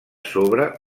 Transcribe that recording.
sobre